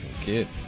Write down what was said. kid